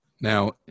Now